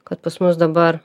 kad pas mus dabar